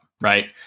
right